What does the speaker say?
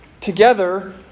together